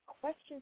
questions